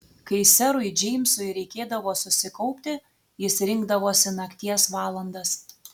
kai serui džeimsui reikėdavo susikaupti jis rinkdavosi nakties valandas